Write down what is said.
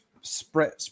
spread